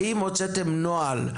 האם הוצאתם נוהל,